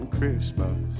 Christmas